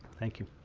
thank you.